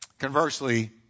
Conversely